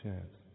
Chance